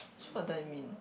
so what do I mean